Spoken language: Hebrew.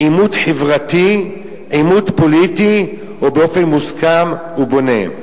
בעימות חברתי, עימות פוליטי או באופן מוסכם ובונה.